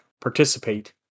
participate